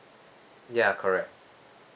ya correct